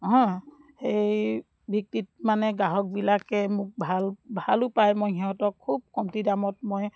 অঁ এই ভিত্তিত মানে গ্ৰাহকবিলাকে মোক ভাল ভালো পায় মই সিহঁতক খুব কমটি দামত মই